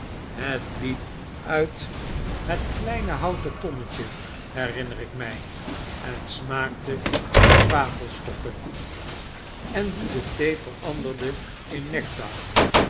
het liep uit het kleine houten tonnetje herinner ik mjj en smaakte naar zwavelstokken en die de thee veranderde in nectar